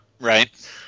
Right